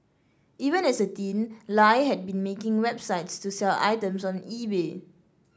even as a teen Lie had been making websites to sell items on eBay